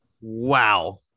Wow